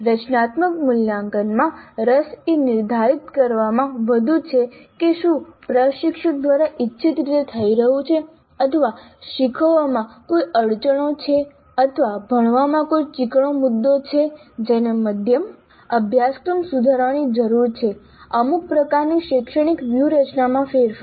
રચનાત્મક મૂલ્યાંકનમાં રસ એ નિર્ધારિત કરવામાં વધુ છે કે શું પ્રશિક્ષક દ્વારા ઈચ્છિત રીતે થઈ રહ્યું છે અથવા શીખવામાં કોઈ અડચણો છે અથવા ભણવામાં કોઈ ચીકણો મુદ્દો છે જેને મધ્યમ અભ્યાસક્રમ સુધારવાની જરૂર છે અમુક પ્રકારની શૈક્ષણિક વ્યૂહરચનામાં ફેરફાર